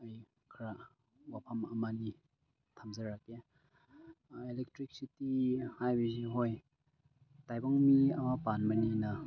ꯑꯩ ꯈꯔ ꯋꯥꯐꯝ ꯑꯃ ꯑꯅꯤ ꯊꯝꯖꯔꯛꯀꯦ ꯑꯦꯂꯦꯛꯇ꯭ꯔꯤꯁꯤꯇꯤ ꯍꯥꯏꯕꯁꯤ ꯍꯣꯏ ꯇꯥꯏꯕꯪ ꯃꯤ ꯑꯃ ꯄꯥꯟꯕꯅꯤꯅ